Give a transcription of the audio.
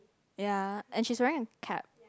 ya and she's wearing a cap